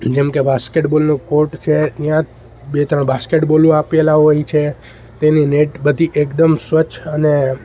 જેમ કે બાસ્કેટ બોલનું કોર્ટ છે યા બે ત્રણ બાસ્કેટ બોલો આપેલા હોય છે તેની નેટ બધી એકદમ સ્વચ્છ અને